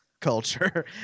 culture